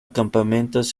campamentos